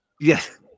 Yes